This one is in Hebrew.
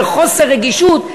בחוסר רגישות,